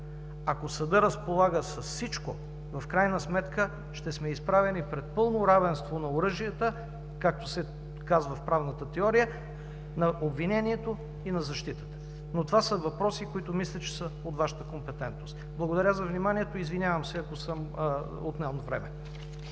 Ако съдът разполага с всичко, в крайна сметка ще сме изправени пред пълно равенство на „оръжията“, както се казва в правната теория на обвинението и на защитата, но това са въпроси, които, мисля, че са от Вашата компетентност. Благодаря Ви за вниманието. Извинявам се, ако съм отнел от времето.